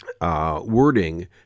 Wording